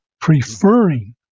preferring